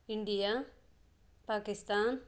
India Pakistan